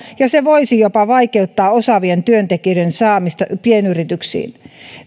ja se voisi jopa vaikeuttaa osaavien työntekijöiden saamista pienyrityksiin